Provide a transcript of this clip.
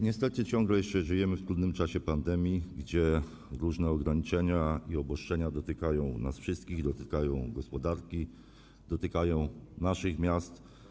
Niestety ciągle jeszcze żyjemy w trudnym czasie pandemii, kiedy to różne ograniczenia i obostrzenia dotykają nas wszystkich, dotykają gospodarki, dotykają naszych miast.